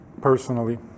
personally